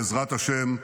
בעזרת השם,